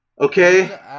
okay